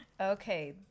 Okay